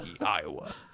Iowa